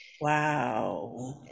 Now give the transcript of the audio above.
Wow